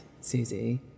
Susie